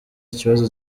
ikibazo